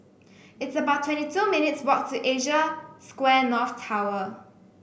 it's about twenty two minutes' walk to Asia Square North Tower